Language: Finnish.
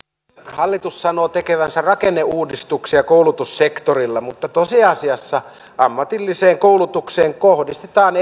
hallitus sanoo tekevänsä rakenneuudistuksia koulutussektorilla mutta tosiasiassa ammatilliseen koulutukseen kohdistetaan